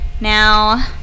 Now